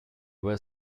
were